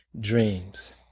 dreams